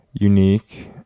unique